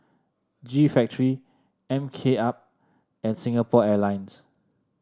G Factory M K Up and Singapore Airlines